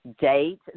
Date